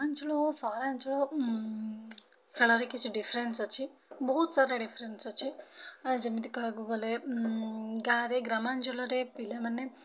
ଗ୍ରାମାଞ୍ଚଳ ଓ ସହରାଞ୍ଚଳ ଖେଳରେ କିଛି ଡିଫରେନ୍ସ୍ ଅଛି ବହୁତସାରା ଡିଫରେନ୍ସ୍ ଅଛି ଯେମିତି କହିବାକୁ ଗଲେ ଗାଁ'ରେ ଗ୍ରାମାଞ୍ଚଳରେ ପିଲାମାନେ